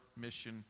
mission